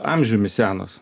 amžiumi senos